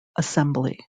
assembly